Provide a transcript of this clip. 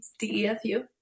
DEFU